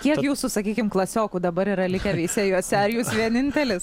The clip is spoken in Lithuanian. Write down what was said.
kiek jūsų sakykim klasiokų dabar yra likę veisiejuose ar jūs vienintelis